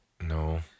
No